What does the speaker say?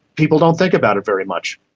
people don't think about it very much.